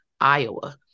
Iowa